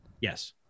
Yes